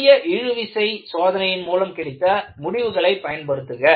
எளிய இழுவிசை சோதனையின் மூலம் கிடைத்த முடிவுகளை பயன்படுத்துக